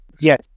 Yes